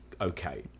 okay